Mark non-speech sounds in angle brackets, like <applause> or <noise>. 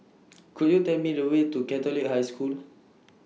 <noise> Could YOU Tell Me The Way to Catholic High School